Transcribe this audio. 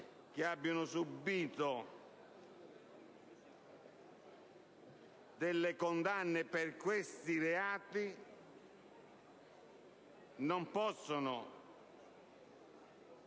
che abbiano subito condanne per questi reati non possano